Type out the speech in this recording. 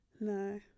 No